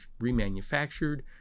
remanufactured